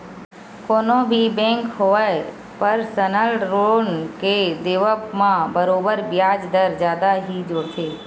कोनो भी बेंक होवय परसनल लोन के देवब म बरोबर बियाज दर जादा ही जोड़थे